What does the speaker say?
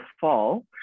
fall